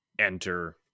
enter